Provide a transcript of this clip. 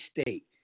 state